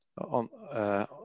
on